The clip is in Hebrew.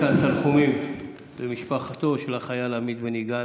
תנחומים למשפחתו של החייל עמית בן יגאל.